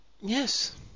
yes